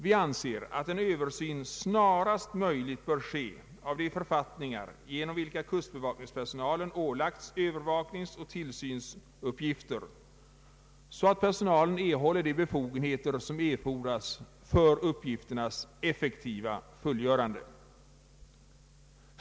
Vi anser att en översyn snarast möjligt bör ske av de författningar, genom vilka kustbevakningspersonalen ålagts övervakningsoch tillsynsuppgifter, så att personalen erhåller de befogenheter som erfordras för uppgifternas effektiva fullgörande.